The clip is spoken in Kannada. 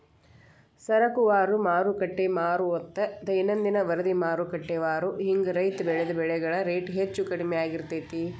ಸರಕುವಾರು, ಮಾರುಕಟ್ಟೆವಾರುಮತ್ತ ದೈನಂದಿನ ವರದಿಮಾರುಕಟ್ಟೆವಾರು ಹಿಂಗ ರೈತ ಬೆಳಿದ ಬೆಳೆಗಳ ರೇಟ್ ಹೆಚ್ಚು ಕಡಿಮಿ ಆಗ್ತಿರ್ತೇತಿ